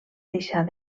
deixar